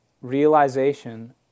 realization